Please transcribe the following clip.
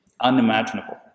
Unimaginable